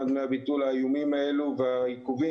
דמי הביטול האיומים האלה והעיכובים,